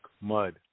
mud